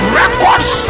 records